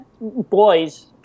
boys